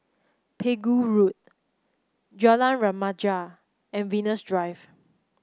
Pegu Road Jalan Remaja and Venus Drive